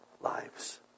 lives